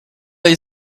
you